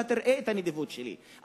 אתה תראה את הנדיבות שלי.